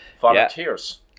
volunteers